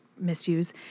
misuse